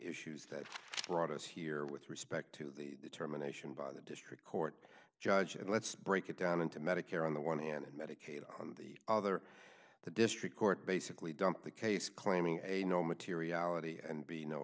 issues that brought us here with respect to the determination by the district court judge and let's break it down into medicare on the one hand and medicaid on the other the district court basically dumped the case claiming a no materiality and b no